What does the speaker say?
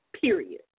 period